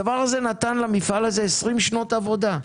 הדבר הזה נתן למפעל הזה 20 שנות עבודה.